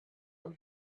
will